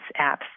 apps